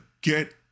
get